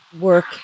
work